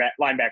linebacker